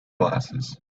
glasses